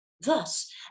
thus